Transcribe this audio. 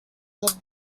would